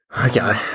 Okay